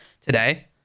today